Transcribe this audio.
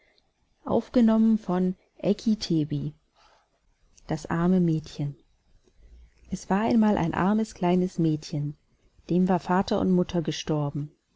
das arme mädchen es war einmal ein armes kleines mädchen dem war vater und mutter gestorben